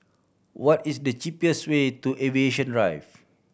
what is the cheapest way to Aviation Drive